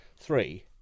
Three